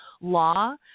law